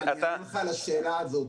תראה, אני עונה לך על השאלה הזאת.